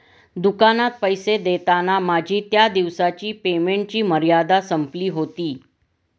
दुकानात पैसे देताना माझी त्या दिवसाची पेमेंटची मर्यादा संपली होती